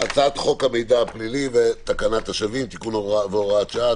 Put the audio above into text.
הצעת חוק המידע הפלילי ותקנת השבים (תיקון והוראת שעה),